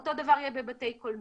אותו דבר יהיה בבתי קולנוע.